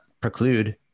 preclude